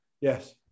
Yes